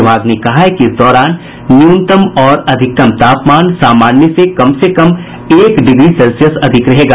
विभाग ने कहा है कि इस दौरान न्यूनतम और अधिकतम तापमान सामान्य से कम से कम एक डिग्री सेल्सियस अधिक रहेगा